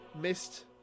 missed